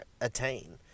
attain